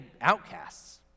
outcasts